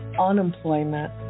unemployment